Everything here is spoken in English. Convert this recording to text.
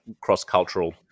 cross-cultural